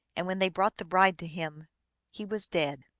and when they brought the bride to him he was dead.